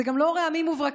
זה גם לא רעמים וברקים,